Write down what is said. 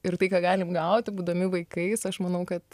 ir tai ką galim gauti būdami vaikais aš manau kad